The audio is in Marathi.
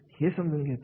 आहे हे समजून घेतो